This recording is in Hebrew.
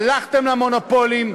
הלכתם למונופולים,